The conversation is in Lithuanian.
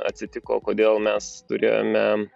atsitiko kodėl mes turėjome